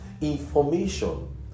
information